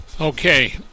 Okay